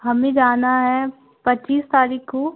हमें जाना है पच्चीस तारीख़ को